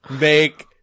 make